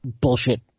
bullshit